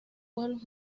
pueblos